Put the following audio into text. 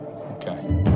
Okay